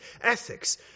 ethics